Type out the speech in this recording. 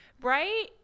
Right